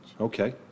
Okay